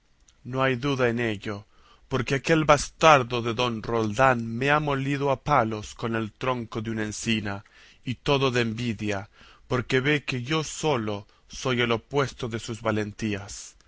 no hay duda en ello porque aquel bastardo de don roldán me ha molido a palos con el tronco de una encina y todo de envidia porque ve que yo solo soy el opuesto de sus valentías